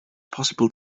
possible